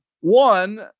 One